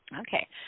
Okay